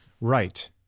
Right